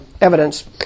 evidence